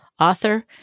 author